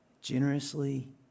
generously